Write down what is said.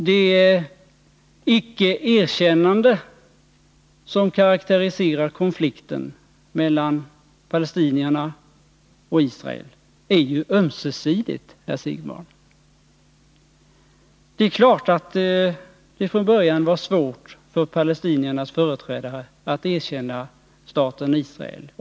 Det icke-erkännande som karakteriserar konflikten mellan palestinierna och Israel är ju ömsesidigt, herr Siegbahn. Det är klart att det från början var svårt för palestiniernas företrädare att erkänna staten Israel.